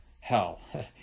hell